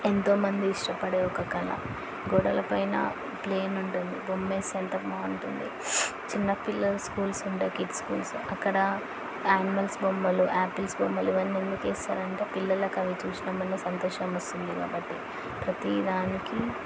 ఎంతో మంది ఇష్టపడే ఒక కళ గోడలపైన ప్లెయిను ఉంటుంది బొమ్మ వేస్తే ఎంత బాగుంటుంది చిన్నపిల్లలు స్కూల్సు ఉంటాయి కిడ్స్ స్కూల్స్ అక్కడ యానిమల్స్ బొమ్మలు యాపిల్స్ బొమ్మలు ఇవన్నీ ఎందుకేస్తారు అంటే పిల్లలకు అవి చూసినమనే సంతోషం వస్తుంది కాబట్టి ప్రతీ దానికి